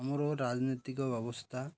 ଆମର ରାଜନୈତିକ ବ୍ୟବସ୍ଥା